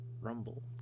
rumble